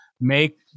Make